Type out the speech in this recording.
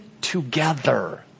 together